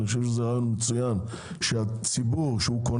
אני חושב שזה רעיון מצוין שהציבור שקונה,